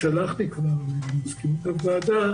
שלחתי כבר למזכירות הוועדה